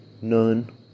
None